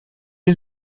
est